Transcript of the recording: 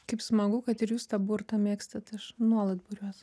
kaip smagu kad ir jūs tą burtą mėgstat aš nuolat buriuos